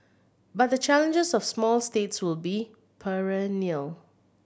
but the challenges of small states will be perennial